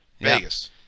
Vegas